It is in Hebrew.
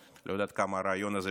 אני לא יודע עד כמה זה נכון,